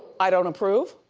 i don't approve.